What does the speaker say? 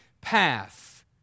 path